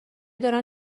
دارن